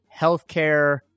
healthcare